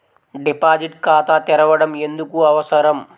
Deposit ఖాతా తెరవడం ఎందుకు అవసరం?